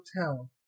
hotel